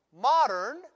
modern